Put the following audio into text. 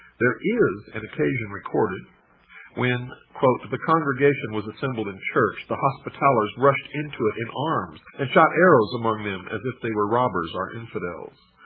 there is an occasion recorded when the congregation was assembled in church, the hospitallers rushed into it in arms, and shot arrows among them as if they were robbers or infidels.